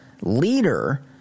leader